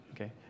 Okay